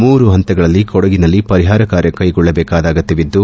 ಮೂರು ಪಂತಗಳಲ್ಲಿ ಕೊಡಗಿನಲ್ಲಿ ಪರಿಹಾರ ಕಾರ್ಯ ಕೈಗೊಳ್ಳದೇಕಾದ ಅಗತ್ಯವಿದ್ದು